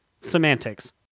Semantics